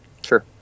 sure